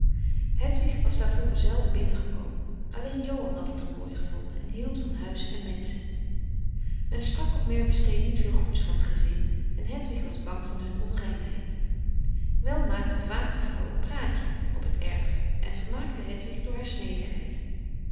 hedwig was daar vroeger zelden binnen gekomen alleen johan had het er mooi gevonden en hield van huis en menschen men sprak op merwestee niet veel goeds van t gezin en hedwig was bang van hun onreinheid wel maakte vaak de vrouw een praatje op het erf en vermaakte